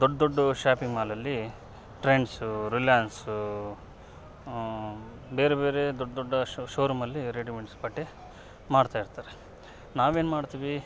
ದೊಡ್ಡ ದೊಡ್ಡ ಶಾಪಿಂಗ್ ಮಾಲಲ್ಲಿ ಟ್ರೆಂಡ್ಸು ರಿಲಯನ್ಸೂ ಬೇರೆ ಬೇರೆ ದೊಡ್ಡ ದೊಡ್ಡ ಶೋರೂಮಲ್ಲಿ ರೆಡಿಮೆಂಟ್ಸ್ ಬಟ್ಟೆ ಮಾರ್ತಾ ಇರ್ತಾರೆ ನಾವೇನು ಮಾಡ್ತೀವಿ